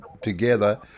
together